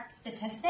statistic